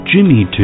Jimmy